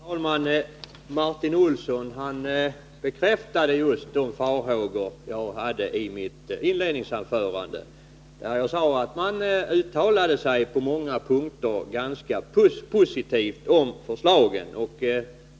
Fru talman! Martin Olsson bekräftade just de farhågor jag framförde i mitt inledningsanförande, där jag sade att utskottet på många punkter uttalar sig positivt om förslagen.